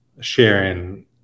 sharing